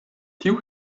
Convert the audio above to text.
tiu